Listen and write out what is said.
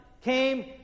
came